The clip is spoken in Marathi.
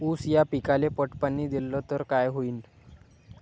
ऊस या पिकाले पट पाणी देल्ल तर काय होईन?